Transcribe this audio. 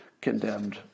condemned